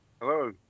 Hello